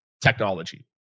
technology